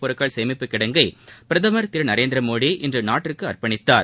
பொருட்கள் சேமிப்பு கிடங்கை பிரதமர் திருநரேந்திரமோடி இன்று நாட்டிற்கு அர்ப்பணித்தார்